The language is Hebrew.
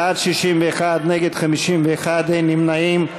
בעד, 61, נגד, 51, אין נמנעים.